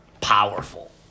powerful